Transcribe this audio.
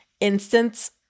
instance